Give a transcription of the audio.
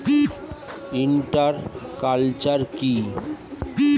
Inter culture কি?